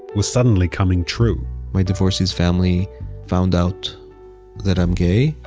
was suddenly coming true my divorcee's family found out that i'm gay.